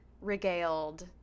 regaled